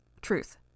Truth